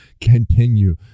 continue